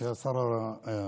כשהיה שר הרווחה,